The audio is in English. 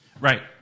Right